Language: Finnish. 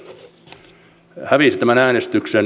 no keskusta hävisi tämän äänestyksen